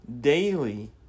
Daily